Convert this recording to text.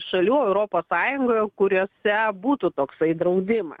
šalių europos sąjungoje kuriose būtų toksai draudimas